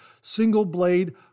single-blade